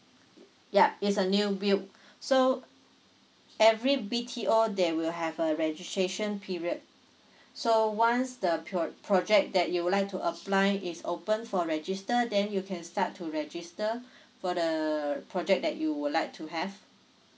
yup it's a new built so every B_T_O they will have a registration period so once the pro~ project that you would like to apply is open for register then you can start to register for the project that you would like to have